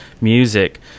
Music